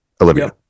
Olivia